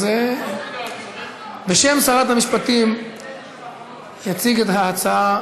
אז, בשם שרת המשפטים יציג את ההצעה